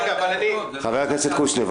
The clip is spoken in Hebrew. חבר הכנסת קושניר,